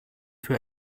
für